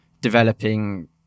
developing